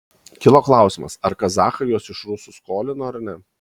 kilo klausimas ar kazachai juos iš rusų skolino ar ne